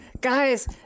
guys